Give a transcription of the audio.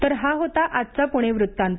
तर हा होता आजचा पुणे वृत्तांत